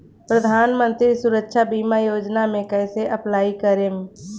प्रधानमंत्री सुरक्षा बीमा योजना मे कैसे अप्लाई करेम?